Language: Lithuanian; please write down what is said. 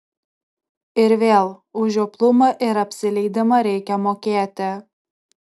ir vėl už žioplumą ir apsileidimą reikia mokėti